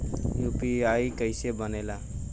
UPI कईसे बनेला?